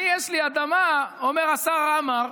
לי יש בית, לי יש אדמה, אומר השר עמאר,